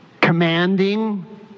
commanding